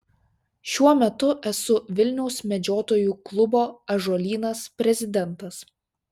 šiuo metu esu vilniaus medžiotojų klubo ąžuolynas prezidentas